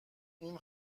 این